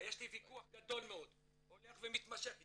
יש לי ויכוח גדול מאוד, הולך ומתמשך איתם.